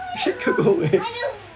wait